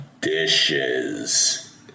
dishes